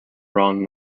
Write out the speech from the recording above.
ron